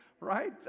right